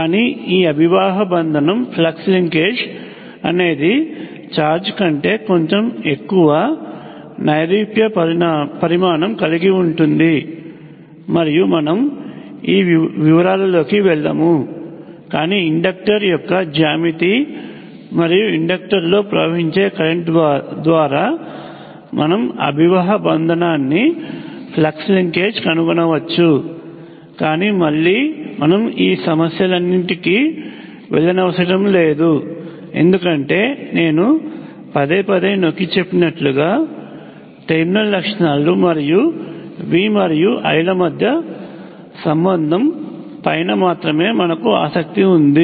కానీ ఈ అభివాహ బంధనంఫ్లక్స్ లింకేజ్ అనేది ఛార్జ్ కంటే కొంచెం ఎక్కువ నైరూప్య పరిమాణం కలిగి ఉంటుంది మరియు మనం ఆ వివరాలలోకి వెళ్లము కానీ ఇండక్టర్ యొక్క జ్యామితి మరియు ఇండక్టర్లో ప్రవహించే కరెంట్ ద్వారా మనం అభివాహ బంధనాన్నిఫ్లక్స్ లింకేజ్ కనుగొనవచ్చు కానీ మళ్ళీ మనం ఆ సమస్యలన్నింటికీ వెళ్ళవలసిన అవసరం లేదు ఎందుకంటే నేను పదేపదే నొక్కిచెప్పినట్లుగా టెర్మినల్స్ లక్షణాలు మరియు V మరియు I ల మధ్య సంబంధం పైన మాత్రమే మనకు ఆసక్తి ఉంది